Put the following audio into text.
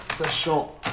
Sachant